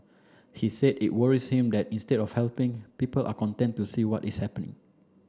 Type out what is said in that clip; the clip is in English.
he said it worries him that instead of helping people are content to see what is happening